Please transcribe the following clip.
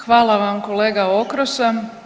Hvala vam kolega Okroša.